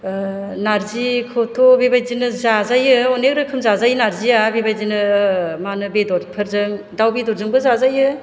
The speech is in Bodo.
नारजिखौथ' बेबायदिनो जाजायो अनेक रोखोम जाजायो नारजिया बेबायदिनो मा होनो बेदरफोरजों दाउ बेदरजोंबो जाजायो